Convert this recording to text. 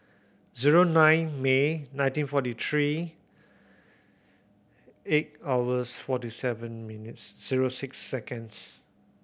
zero nine May nineteen forty three eight hours forty seven minutes zero six seconds